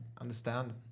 understand